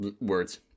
words